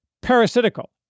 parasitical